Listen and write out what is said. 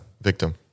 victim